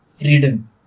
freedom